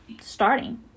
starting